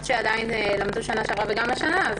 שלמדו עדיין בשנה שעברה וגם של אלה שלמדו השנה.